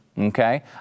okay